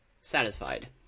satisfied